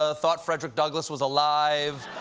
ah thought frederick douglass was alive,